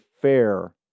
fair